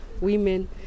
women